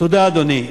תודה, אדוני.